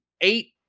eight